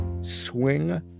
swing